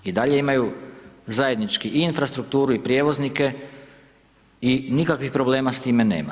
I dalje imaju zajednički infrastrukturu i prijevoznike i nikakvih problema s time nema.